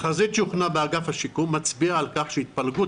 תחזית שהוכנה באגף השיקום מצביעה על כך שהתפלגות